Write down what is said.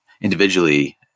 individually